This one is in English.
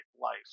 life